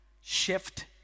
shift